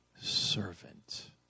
servant